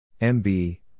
MB